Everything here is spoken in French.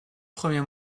premiers